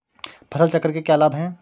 फसल चक्र के क्या लाभ हैं?